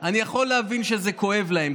אבל אני יכול להבין שזה כואב להם,